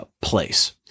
place